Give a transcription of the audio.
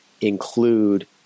include